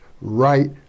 right